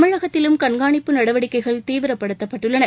தமிழகத்திலும் கண்காணிப்பு நடைவடிக்கைகள் தீவிரப்படுத்தப் பட்டுள்ளன